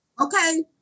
Okay